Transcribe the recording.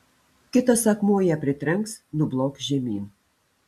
kitas akmuo ją pritrenks nublokš žemyn